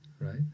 Right